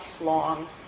long